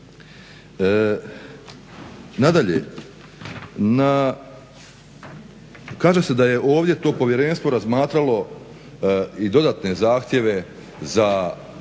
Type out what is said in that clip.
Nadalje, kaže se da je ovdje to povjerenstvo razmatralo i dodatne zahtjeve, a